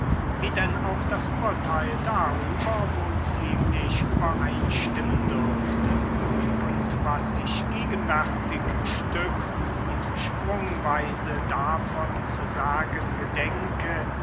wie denn auch das urteil darüber wohl ziemlich übereinstimmen dürfte und was ich gegenwärtig stück und sprungweise davon zu sagen gedenke